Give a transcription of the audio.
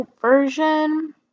version